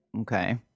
Okay